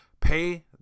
Pay